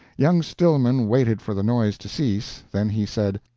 young stillman waited for the noise to cease then he said,